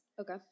okay